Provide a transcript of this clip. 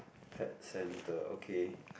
pet centre okay